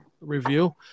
Review